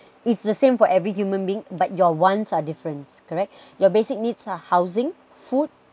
it's the same for every human being but your ones are different correct your basic needs are housing food